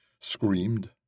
screamed